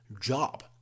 job